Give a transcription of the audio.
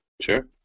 sure